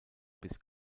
bis